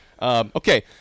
Okay